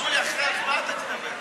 אמרו לי: אחרי ההצבעה אתה תדבר.